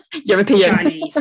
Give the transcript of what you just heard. european